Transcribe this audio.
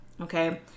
okay